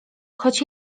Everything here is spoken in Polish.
choć